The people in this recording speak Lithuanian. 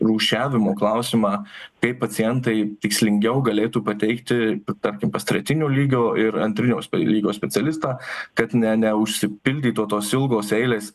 rūšiavimo klausimą kaip pacientai tikslingiau galėtų pateikti tarkim pas tretinio lygio ir antrinio lygio specialistą kad ne neužsipildytų tos ilgos eilės